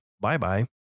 bye-bye